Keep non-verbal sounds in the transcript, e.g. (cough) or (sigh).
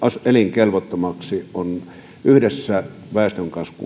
elinkelvottomaksi on mielestäni yhdessä väestönkasvun (unintelligible)